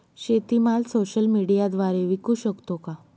शेतीमाल सोशल मीडियाद्वारे विकू शकतो का?